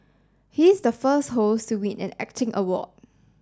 he is the first host to win an acting award